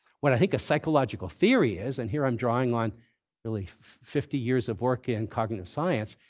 what i think a psychological theory is and here, i'm drawing on really fifty years of work in cognitive science.